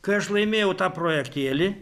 kai aš laimėjau tą projektėlį